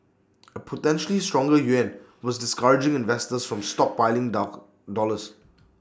A potentially stronger yuan was discouraging investors from stockpiling dock dollars